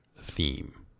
theme